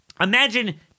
imagine